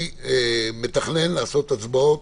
אני מתכנן לעשות הצבעות